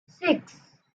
six